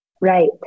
Right